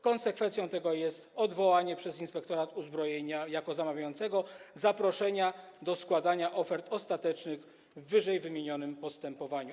Konsekwencją tego jest odwołanie przez Inspektorat Uzbrojenia jako zamawiającego zaproszenia do składania ofert ostatecznych w wyżej wymienionym postępowaniu.